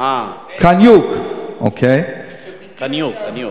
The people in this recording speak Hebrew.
קניוק, אוקיי, קניוק, קניוק.